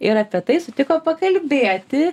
ir apie tai sutiko pakalbėti